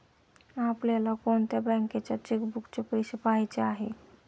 आपल्याला कोणत्या बँकेच्या चेकबुकचे पैसे पहायचे आहे?